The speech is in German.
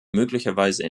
möglicherweise